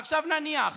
עכשיו, נניח